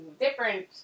different